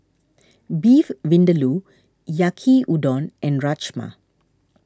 Beef Vindaloo Yaki Udon and Rajma